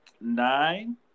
nine